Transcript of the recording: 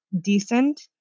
decent